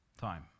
time